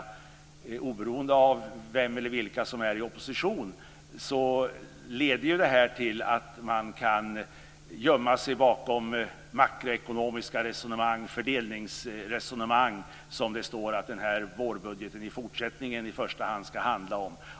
Oberoende av vem eller vilka som är i opposition leder det här till att man kan gömma sig bakom makroekonomiska resonemang, fördelningsresonemang, som det står att den här vårbudgeten i fortsättningen i första hand ska handla om.